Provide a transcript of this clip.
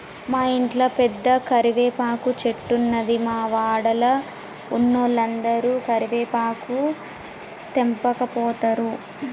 మా ఇంట్ల పెద్ద కరివేపాకు చెట్టున్నది, మా వాడల ఉన్నోలందరు కరివేపాకు తెంపకపోతారు